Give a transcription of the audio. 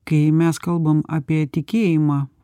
kai mes kalbam apie tikėjimą